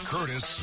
Curtis